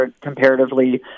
comparatively